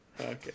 Okay